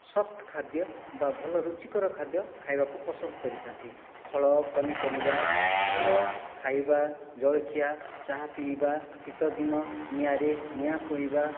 soft ଖାଦ୍ୟ ବା ଭଲ ରୁଚିକର ଖାଦ୍ୟ ଖାଇବାକୁ ପସନ୍ଦ କରିଥାନ୍ତି ଫଳ ପନିପରିବା ଭଲ ଖାଇବା ଜଳଖିଆ ଚାହା ପିଇବା ଶୀତ ଦିନ ନିଆଁରେ ନିଆଁ ପୁଇଁବା